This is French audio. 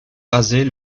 raser